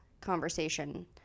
conversation